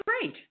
great